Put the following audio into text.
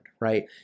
right